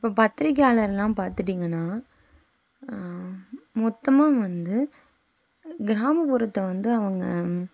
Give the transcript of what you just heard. இப்போது பத்திரிக்கையாளர்லாம் பார்த்துட்டிங்கனா மொத்தமாக வந்து கிராமப்புறத்தை வந்து அவங்க